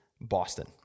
Boston